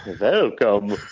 Welcome